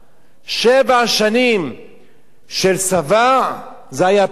שבע שנים של שובע, זה היה הפתרון.